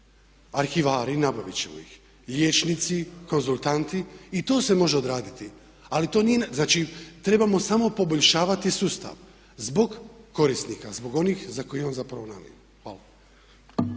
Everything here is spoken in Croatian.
Arhivari. Nabaviti ćemo ih. Liječnici, konzultanti. I to se može odraditi. Znači trebamo samo poboljšavati sustav zbog korisnika, zbog onih za koje je on zapravo namijenjen. Hvala.